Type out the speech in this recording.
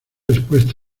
respuestas